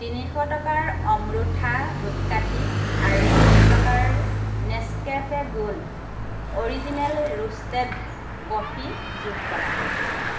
তিনিশ টকাৰ অম্ৰুথা ধূপকাঠি আৰু দুশ টকাৰ Nescafe gold original roasted coffee যোগ কৰা